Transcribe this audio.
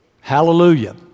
Hallelujah